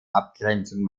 abgrenzung